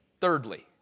Thirdly